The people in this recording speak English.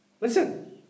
Listen